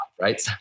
right